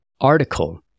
article